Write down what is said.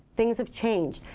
things have changed.